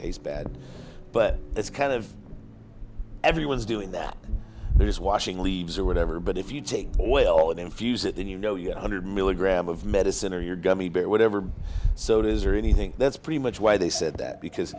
taste bad but that's kind of everyone's doing that they're just washing leaves or whatever but if you take the oil that infuse it in you know you get hundred milligram of medicine or your gummy bear whatever sodas or anything that's pretty much why they said that because